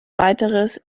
weiteres